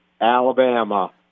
Alabama